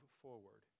forward